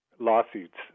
lawsuits